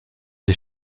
des